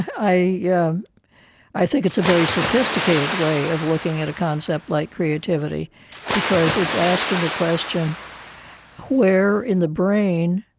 i yeah i think it's a very sophisticated way of looking at a concept like creativity because it's asking the question where in the brain